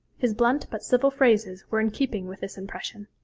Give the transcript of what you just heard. his blunt but civil phrases were in keeping with this impression.